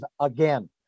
again